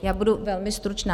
Já budu velmi stručná.